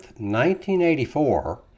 1984